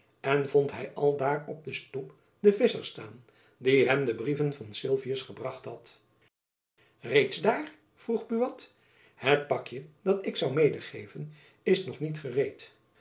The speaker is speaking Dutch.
en vond hy aldaar op den stoep den visscher staan die hem de brieven van sylvius gebracht had reeds daar vroeg buat het pakjen dat ik zoû medegeven is nog niet gereed